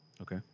Okay